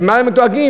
למה הם דואגים?